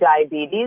diabetes